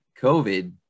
covid